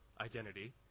identity